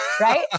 Right